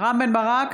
רם בן ברק,